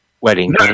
wedding